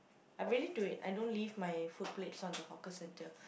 I'm really do it I don't leave my food plates on the hawker-centre